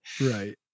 right